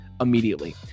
immediately